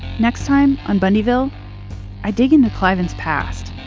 next time on bundyville i dig into cliven's past,